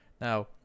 Now